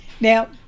Now